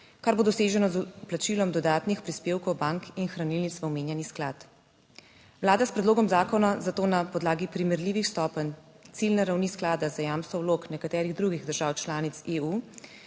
kar bo doseženo s plačilom dodatnih prispevkov bank in hranilnic v omenjeni sklad. Vlada s predlogom zakona zato na podlagi primerljivih stopenj ciljne ravni sklada za jamstvo vlog nekaterih drugih držav članic EU